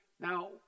Now